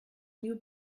new